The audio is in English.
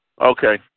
Okay